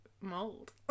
mold